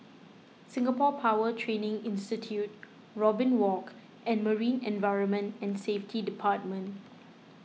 Singapore Power Training Institute Robin Walk and Marine Environment and Safety Department